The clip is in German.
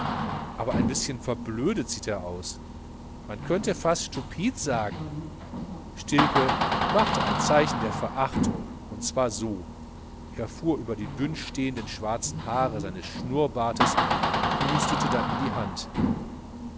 aber ein bischen verblödet sieht er aus man könnte fast stupid sagen stilpe machte ein zeichen der verachtung und zwar so er fuhr über die dünn stehenden schwarzen haare seines schnurrbartes und hustete dann in die hand